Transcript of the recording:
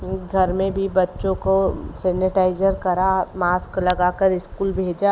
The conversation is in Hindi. घर में भी बच्चों को सैनिटाइजर करा मास्क लगाकर स्कूल भेजा